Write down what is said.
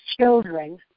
children